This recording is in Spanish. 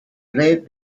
red